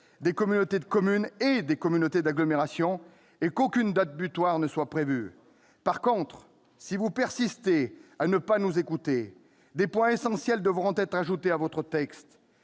des communautés de communes et des communautés d'agglomération et qu'aucune date butoir ne soit prévue. En revanche, si vous persistez à ne pas nous écouter, des points essentiels devront être ajoutés à votre texte.